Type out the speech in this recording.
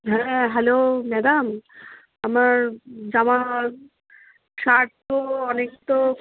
হ্যাঁ hello madam আমার জামার শার্ট তো অনেক তো